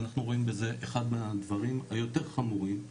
אנחנו רואים בזה אחד מהדברים היותר חמורים,